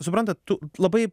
suprantat tu labai